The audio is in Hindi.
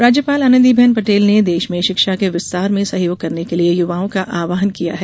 राज्यपाल राज्यपाल आनंदीबेन पटेल ने देश में शिक्षा के विस्तार में सहयोग करने के लिए युवाओं का आव्हान किया है